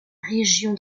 région